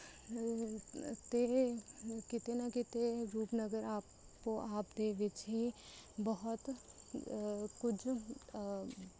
ਅਤੇ ਕਿਤੇ ਨਾ ਕਿਤੇ ਰੂਪਨਗਰ ਆਪੋ ਆਪ ਦੇ ਵਿੱਚ ਹੀ ਬਹੁਤ ਕੁਝ